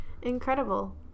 Incredible